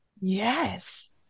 Yes